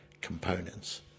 components